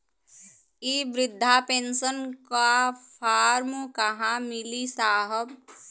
इ बृधा पेनसन का फर्म कहाँ मिली साहब?